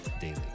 Daily